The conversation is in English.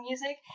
music